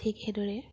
ঠিক সেইদৰে